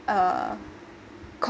uh